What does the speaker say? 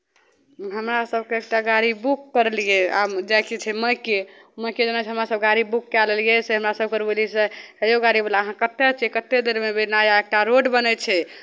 हमरा सभके एकटा गाड़ी बुक करलियै आब जायके छै मायके मायके जेनाइ छै हमरासभ गाड़ी बुक कए लेलियै से हमरासभ करबेलियै से हे यौ गाड़ीवला अहाँ कतय छियै कतेक देरमे अयबै नया एकटा रोड बनै छै